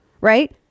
Right